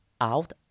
out